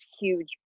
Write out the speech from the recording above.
huge